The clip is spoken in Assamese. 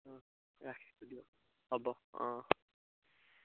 অঁ ৰাখিছোঁ দিয়ক হ'ব অঁ অঁ